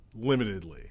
limitedly